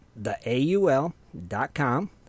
theaul.com